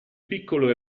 piccolo